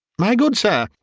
my good sir,